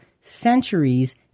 centuries